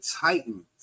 Titans